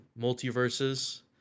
multiverses